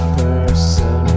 person